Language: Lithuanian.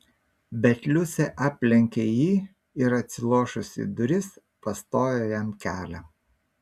bet liucė aplenkė jį ir atsilošusi į duris pastojo jam kelią